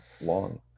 long